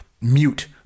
mute